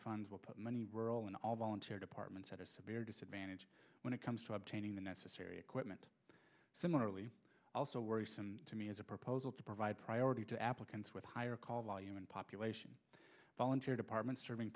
funds will put many rural an all volunteer departments at a severe disadvantage when it comes to obtaining the necessary equipment similarly also worrisome to me is a proposal to provide priority to applicants with higher call volume and population volunteer departments serving